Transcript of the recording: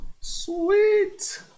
sweet